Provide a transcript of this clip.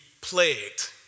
plagued